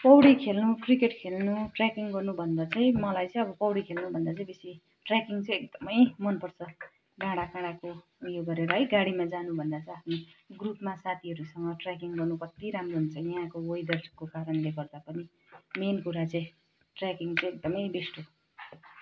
पौडी खेल्नु क्रिकेट खेल्नु ट्रेकिङ गर्नुभन्दा चाहिँ मलाई चाहिँ अब पौडी खेल्नु भन्दा चाहिँ बेसी ट्रेकिङ चाहिँ एकदमै मनपर्छ डाँडाकाँडाको उयो गरेर है गाडीमा जानुभन्दा त हामी ग्रुपमा साथीहरूसँग ट्रेकिङ गर्नु कति राम्रो हुन्छ यहाँको वेदरको कारणले गर्दा पनि मेन कुरा चाहिँ ट्रेकिङ चाहिँ एकदमै बेस्ट हो